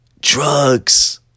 drugs